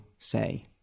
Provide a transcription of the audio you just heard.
say